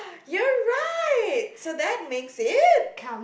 you're right so that makes it